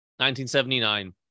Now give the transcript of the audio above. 1979